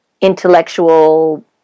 intellectual